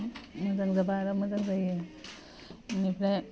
मोजां जाबा आरो मोजां जायो बिनिफ्राय